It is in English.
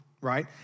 right